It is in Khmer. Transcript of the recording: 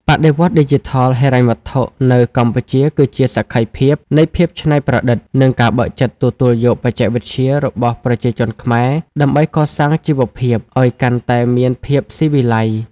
បដិវត្តន៍ឌីជីថលហិរញ្ញវត្ថុនៅកម្ពុជាគឺជាសក្ខីភាពនៃភាពច្នៃប្រឌិត និងការបើកចិត្តទទួលយកបច្ចេកវិទ្យារបស់ប្រជាជនខ្មែរ ដើម្បីកសាងជីវភាពឱ្យកាន់តែមានភាពស៊ីវិល័យ។